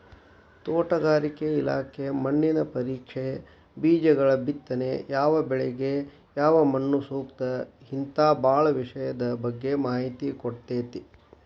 ತೋಟಗಾರಿಕೆ ಇಲಾಖೆ ಮಣ್ಣಿನ ಪರೇಕ್ಷೆ, ಬೇಜಗಳಬಿತ್ತನೆ ಯಾವಬೆಳಿಗ ಯಾವಮಣ್ಣುಸೂಕ್ತ ಹಿಂತಾ ಬಾಳ ವಿಷಯದ ಬಗ್ಗೆ ಮಾಹಿತಿ ಕೊಡ್ತೇತಿ